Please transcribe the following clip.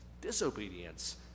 disobedience